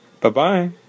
Bye-bye